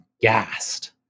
gassed